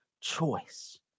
choice